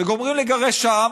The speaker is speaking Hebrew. וגומרים לגרש שם,